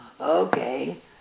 okay